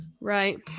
Right